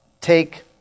take